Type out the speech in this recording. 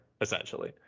essentially